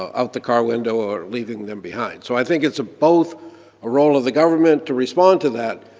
out the car window or leaving them behind. so i think it's both a role of the government to respond to that,